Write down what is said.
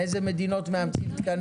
מאיזה מדינות מאמצים תקנים?